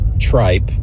tripe